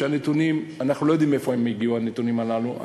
שאנחנו לא יודעים מאיפה הגיעו הנתונים הללו.